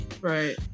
Right